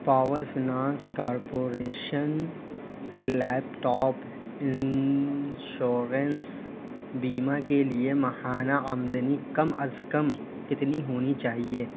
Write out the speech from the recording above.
power finance corporation کے laptop insurance بیمہ کے لیے ماہانہ آمدنی کم از کم کتنی ہونی چاہیے